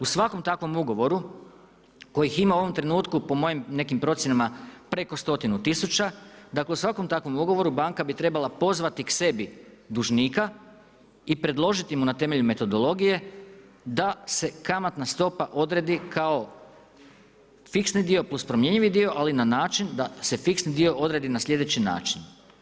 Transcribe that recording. U svakom takvom ugovoru kojih ima u ovom trenutku po mojim nekim procjenama preko stotinu tisuća, dakle u svakom takvom ugovoru banka bi trebala pozvati k sebi dužnika i predložiti mu na temelju metodologije da se kamatna stopa odredi kao fiksni dio plus promjenjivi dio, ali na način da se fiksni dio odredi na sljedeći način.